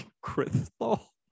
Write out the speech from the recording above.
Crystal